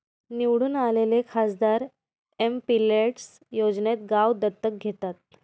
निवडून आलेले खासदार एमपिलेड्स योजनेत गाव दत्तक घेतात